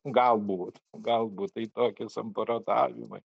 galbūt galbūt tai tokie samprotavimai